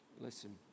Listen